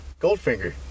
Goldfinger